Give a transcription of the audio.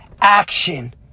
action